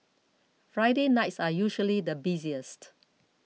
Friday nights are usually the busiest